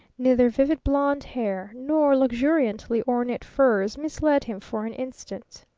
neither vivid blond hair nor luxuriantly ornate furs misled him for an instant.